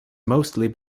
mostly